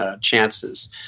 chances